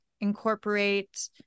incorporate